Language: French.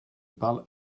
parle